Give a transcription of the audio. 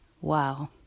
Wow